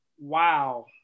Wow